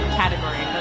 category